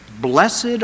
blessed